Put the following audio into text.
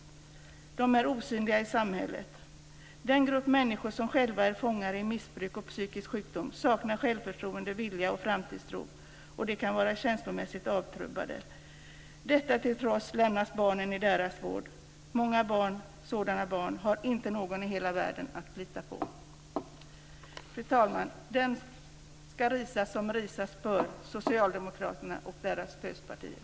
De är osynliga i samhället. Den grupp människor som själva är fångade i missbruk och psykisk sjukdom saknar självförtroende, vilja och framtidstro, och de kan vara känslomässigt avtrubbade. Detta till trots lämnas barnen i deras vård. Många sådana barn har inte någon i hela världen att lita på. Fru talman! Den ska risas som risas bör, Socialdemokraterna och dess stödpartier.